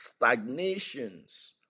stagnations